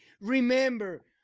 Remember